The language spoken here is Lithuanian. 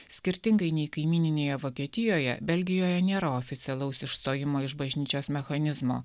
skirtingai nei kaimyninėje vokietijoje belgijoje nėra oficialaus išstojimo iš bažnyčios mechanizmo